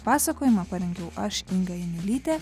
pasakojimą parengiau aš inga janiulytė